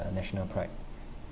uh national pride